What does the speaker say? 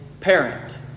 Parent